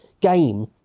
game